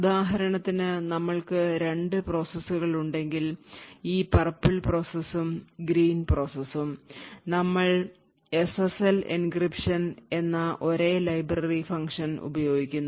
ഉദാഹരണത്തിന് നമ്മൾക്ക് രണ്ട് പ്രോസസ്സുകളുണ്ടെങ്കിൽ ഈ പർപ്പിൾ പ്രോസസും ഗ്രീൻ പ്രോസസും നമ്മൾ എസ്എസ്എൽ എൻക്രിപ്ഷൻ എന്ന ഒരേ ലൈബ്രറി ഫംഗ്ഷൻ ഉപയോഗിക്കുന്നു